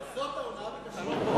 אבל זו ההונאה בכשרות,